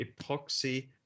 epoxy